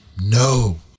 no